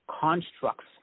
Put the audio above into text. constructs